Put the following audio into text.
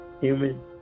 human